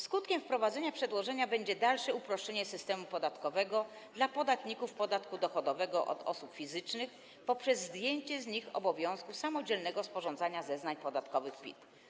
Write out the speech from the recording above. Skutkiem wprowadzenia przedłożenia będzie dalsze uproszczenie systemu podatkowego dla podatników podatku dochodowego od osób fizycznych poprzez zdjęcie z nich obowiązku samodzielnego sporządzania zeznań podatkowych PIT.